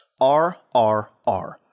RRR